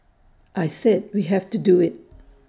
I said we have to do IT